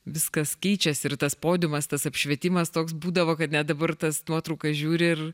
viskas keičiasi ir tas podiumas tas apšvietimas toks būdavo kad net dabar tas nuotraukas žiūri ir